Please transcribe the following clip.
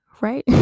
right